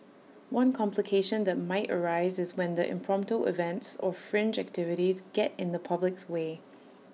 one complication that might arise is when the impromptu events or fringe activities get in the public's way